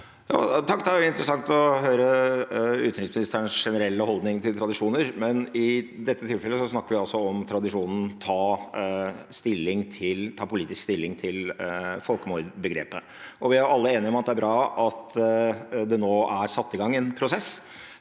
Det er interes- sant å høre utenriksministerens generelle holdning til tradisjoner. Men i dette tilfellet snakker vi om tradisjonen for å ta politisk stilling til folkemordbegrepet. Vi er alle enige om at det er bra at det nå er satt i gang en prosess